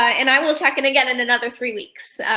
and i will check in again in another three weeks.